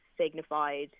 signified